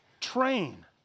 train